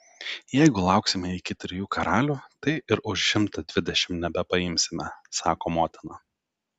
jeigu lauksime iki trijų karalių tai ir už šimtą dvidešimt nebepaimsime sako motina